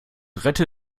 rette